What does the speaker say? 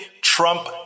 Trump